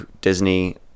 Disney